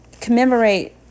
commemorate